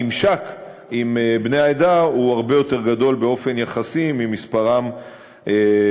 הממשק עם בני העדה הוא הרבה יותר גדול באופן יחסי למספרם באוכלוסייה.